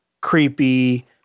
creepy